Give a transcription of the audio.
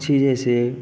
पक्षी जैसे